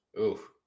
Oof